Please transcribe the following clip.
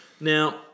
Now